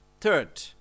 Third